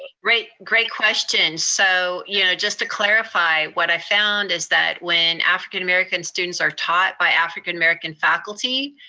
ah great great question. so yeah just to clarify, what i found is that when african american students are taught by african american faculty,